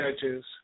judges